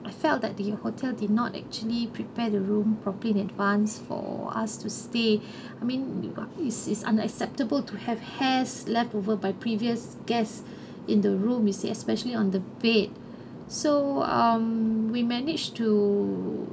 I felt that your hotel did not actually prepare the room properly in advance for us to stay I mean is is unacceptable to have hairs leftover by previous guests in the room you see especially on the bed so um we managed to